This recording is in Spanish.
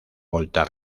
volta